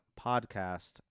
podcast